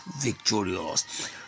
victorious